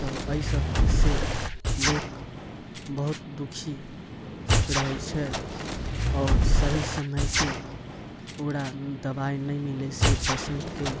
तऽ अइ सब से लोक बहुत दुखी रहै छै और सही समय से ओकरा दबाइ नै मिलय से पेशेंट के